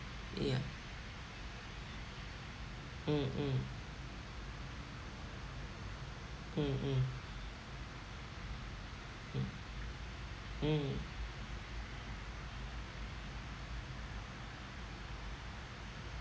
ya mm mm mm mm mm mm